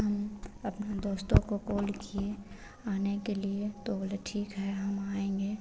हम अपना दोस्तों को कॉल किए आने के लिए तो वह बोले ठीक है हम आएँगे